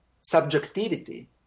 subjectivity